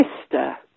sister